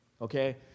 okay